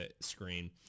screen